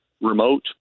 remote